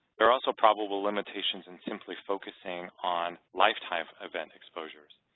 there are also probable limitations in simply focusing on lifetime event exposures.